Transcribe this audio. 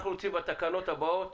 אנחנו רוצים בתקנות הבאות